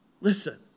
Listen